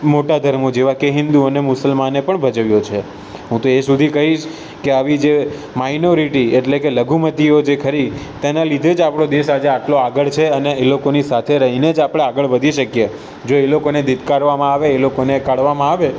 મોટા ધર્મો જેવા કે હિન્દુ અને મુસલમાને પણ ભજવ્યો છે હું તો એ સુધી કહીશ કે આવી જે માઈનોરિટી એટલે કે લઘુમતીઓ જે ખરી તેનાં લીધે જ આપણો દેશ આજે આટલો આગળ છે અને એ લોકોની સાથે રહીને જ આપણે આગળ વધી શકીએ જો એ લોકોને ધિક્કારવામાં આવે એ લોકોને કાઢવામાં આવે